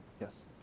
Yes